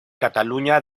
cataluña